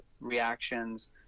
reactions